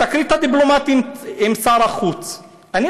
התקרית הדיפלומטית עם שר החוץ: האמת,